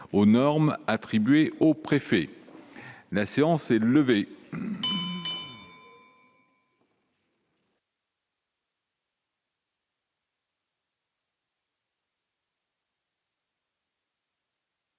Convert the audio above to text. aux normes attribué au préfet la séance est levée.